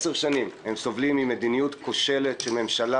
10 שנים הם סובלים ממדיניות כושלת של ממשלה,